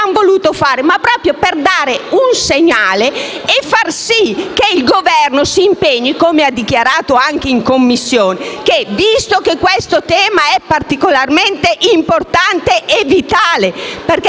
Non l'abbiamo voluto fare proprio per dare un segnale e far sì che il Governo si impegnasse, come ha dichiarato anche in Commissione, visto che questo tema è particolarmente importante e vitale. Non